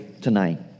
tonight